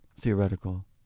theoretical